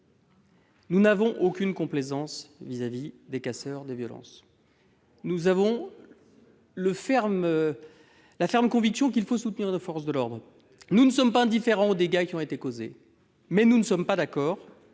Nous n'avons aucune complaisance à l'égard des casseurs et des violences. Mais vous ne proposez rien ! Nous avons la ferme conviction qu'il faut soutenir nos forces de l'ordre. Nous ne sommes pas indifférents aux dégâts qui ont été causés. Mais nous ne sommes pas d'accord